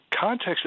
context